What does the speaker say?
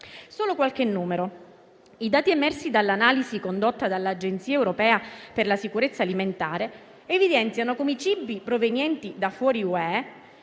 solo qualche numero: i dati emersi dall'analisi condotta dall'Agenzia europea per la sicurezza alimentare evidenziano come i cibi provenienti da fuori